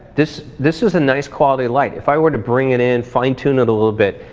this this is a nice quality light. if i were to bring it in, fine tune it a little bit,